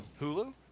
Hulu